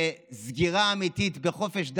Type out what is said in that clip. סגירה אמיתית של חופש דת.